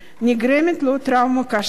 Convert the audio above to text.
נגרמת לו טראומה קשה.